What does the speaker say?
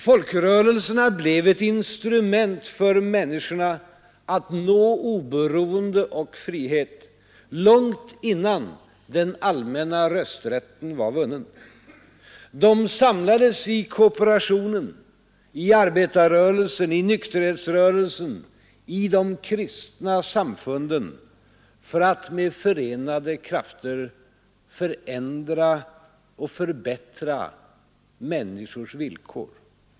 Folkrörelserna blev ett instrument för människorna att nå oberoende och frihet långt innan den allmänna rösträtten var vunnen. De samlades i kooperationen, i arbetarrörelsen, i nykterhetsrörelsen, i de kristna samfunden för att med förenade krafter förändra och förbättra människornas villkor.